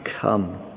come